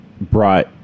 brought